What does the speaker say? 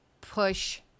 push